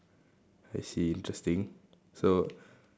I see interesting so